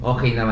Okay